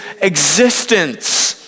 existence